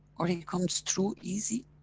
or he comes through easy.